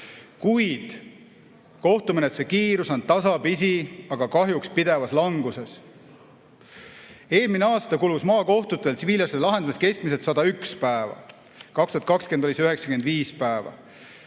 Kuid kohtumenetluse kiirus on tasapisi, aga kahjuks pidevas languses. Eelmine aasta kulus maakohtutel tsiviilasjade lahendamiseks keskmiselt 101 päeva, 2020 oli see 95 päeva.